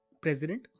president